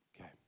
okay